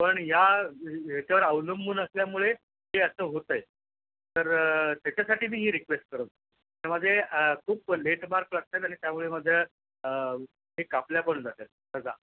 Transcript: पण या याच्यावर अवलंबून असल्यामुळे हे असं होत आहे तर त्याच्यासाठी मी ही रिक्वेस्ट करत होतो तर माझे खूप लेट मार्क लागतात आणि त्यामुळे माझ्या हे कापल्या पण जातात रजा